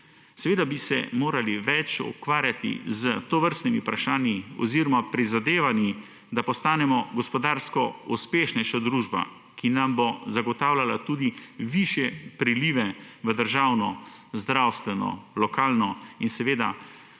Seveda bi se morali več ukvarjati s tovrstnimi vprašanji oziroma prizadevanji, da postanemo gospodarsko uspešnejša družba, ki nam bo zagotavljala tudi višje prilive v državno, zdravstveno, lokalno blagajno